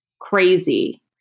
crazy